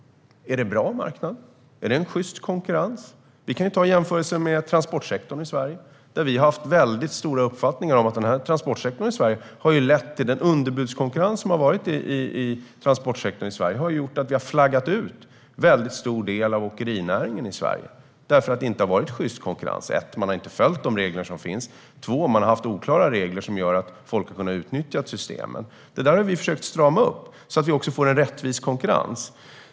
Är det en bra marknad? Är det sjyst konkurrens? Vi kan jämföra med transportsektorn i Sverige. Vi har haft uppfattningen att den underbudskonkurrens som har rått i transportsektorn har lett till att en väldigt stor del av åkerinäringen i Sverige har flaggats ut. Det har inte varit sjyst konkurrens. De regler som finns har inte följts, och reglerna har varit oklara så att folk har kunnat utnyttja systemen. Detta har vi försökt strama upp så att vi också får en rättvis konkurrens.